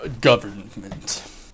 Government